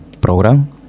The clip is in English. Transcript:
program